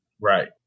Right